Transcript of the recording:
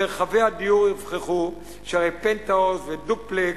מרחבי הדיור יופרחו, שהרי פנטהאוז ודופלקס,